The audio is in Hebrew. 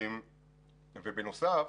בנוסף,